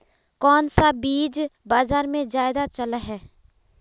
कोन सा बीज बाजार में ज्यादा चलल है?